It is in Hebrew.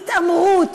התעמרות,